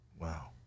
wow